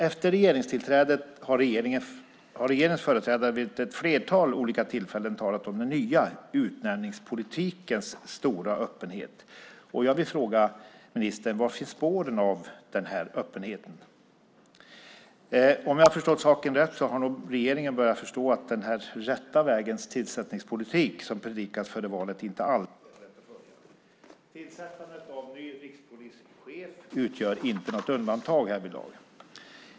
Efter regeringstillträdet har regeringens företrädare vid ett flertal olika tillfällen talat om den nya utnämningspolitikens stora öppenhet. Jag vill fråga ministern: Var finns spåren av den öppenheten? Om jag förstått saken rätt har nog regeringen börjat förstå att den "rätta vägens tillsättningspolitik" som predikades före valet inte alltid är så lätt att följa. Tillsättandet av ny rikspolischef utgör inte något undantag härvidlag.